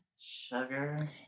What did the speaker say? Sugar